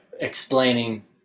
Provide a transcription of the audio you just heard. explaining